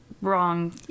wrong